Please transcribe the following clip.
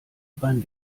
beim